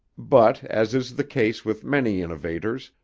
but, as is the case with many innovators,